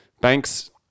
Banks